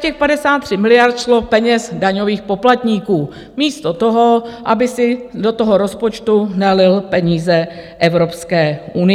těch 53 miliard šlo z peněz daňových poplatníků místo toho, aby si do rozpočtu nalil peníze Evropské unie.